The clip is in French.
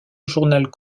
journal